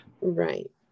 right